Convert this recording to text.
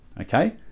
okay